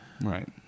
Right